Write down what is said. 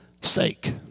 sake